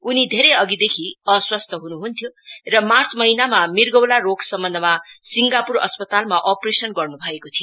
उनी धेरै अषिदेखि अस्वस्थ्य हुनुहुन्थ्यो र मार्च महिनामा मिर्गौला रोग सम्बन्धमा सिंगापुर अस्पतालमा अपरेशन गर्नु भएको थियो